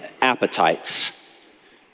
appetites